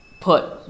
put